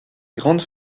grandes